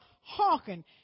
hearken